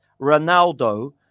Ronaldo